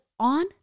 on